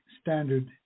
standard